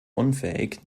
unfähig